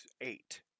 eight